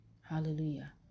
Hallelujah